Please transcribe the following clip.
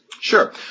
Sure